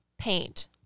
paint